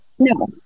No